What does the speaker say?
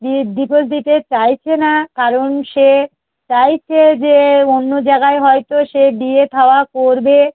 দ divorce দিতে চাইছে না কারণ সে চাইছে যে অন্য জায়গায় হয়তো সে বিয়ে থা করবে